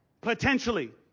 potentially